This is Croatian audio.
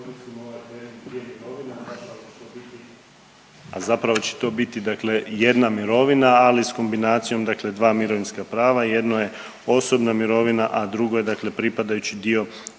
a zapravo će to biti jedna mirovina, ali s kombinacijom dva mirovinska prava, jedno je osobna mirovina, a drugo je pripadajući dio obiteljske